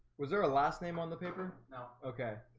was there a last name on the paper? no, okay?